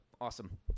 Awesome